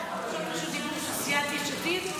כתוב לך סיעת יש עתיד?